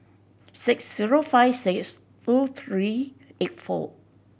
six zero five six two three eight four